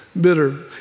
bitter